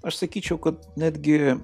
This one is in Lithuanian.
aš sakyčiau kad netgi